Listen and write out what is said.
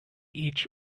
each